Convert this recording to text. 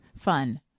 fun